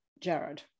Jared